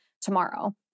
tomorrow